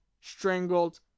strangled